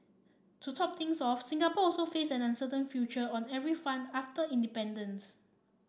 to top things off Singapore also faced an uncertain future on every front after independence